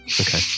Okay